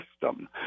system